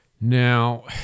Now